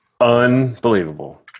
unbelievable